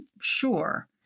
sure